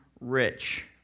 Rich